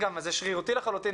המספר הזה הוא שרירותי לחלוטין,